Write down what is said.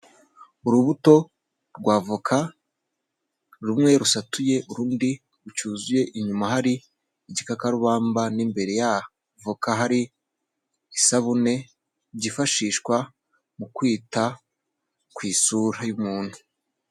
Urubuto rwa voka, rumwe rusatuye urundi rucyuyuzuye, inyuma hari igikakarubamba, n'imbere ya voka hari isabune byifashishwa mu kwita ku isura y'umuntu.